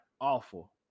awful